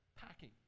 packing